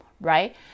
right